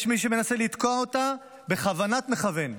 יש מי שמנסה לתקוע אותה בכוונת מכוון.